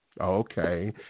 Okay